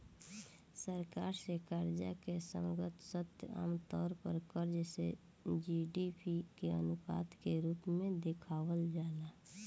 सरकार से कर्जा के समग्र स्तर आमतौर पर कर्ज से जी.डी.पी के अनुपात के रूप में देखावल जाला